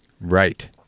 right